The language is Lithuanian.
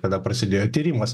kada prasidėjo tyrimas